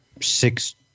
six